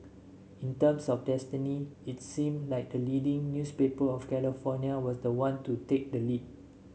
in terms of destiny its seemed like the leading newspaper of California was the one to take the lead